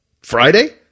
Friday